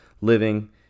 living